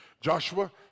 Joshua